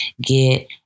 get